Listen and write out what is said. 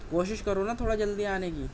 کوشش کرو نا تھوڑا جلدی آنے کی